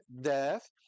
death